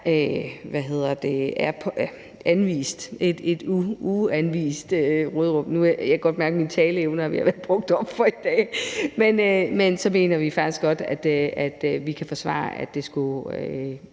der ikke er anvist, et uanvist råderum – jeg kan godt mærke, at mine taleevner er ved at være brugt op for i dag – så mener vi faktisk, at vi godt kan forsvare, at det skulle